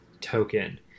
token